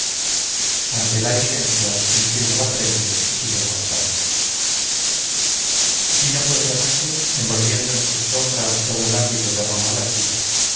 ante la evidencia inclino la frente y sigo contando vino pues la noche envolviendo en sus sombras todo el ámbito de roma la chica